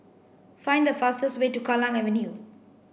find the fastest way to Kallang Avenue